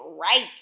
right